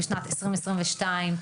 בשנת 2022,